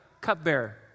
cupbearer